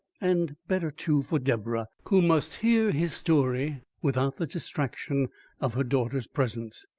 and better, too, for deborah, who must hear his story without the distraction of her daughter's presence.